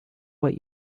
what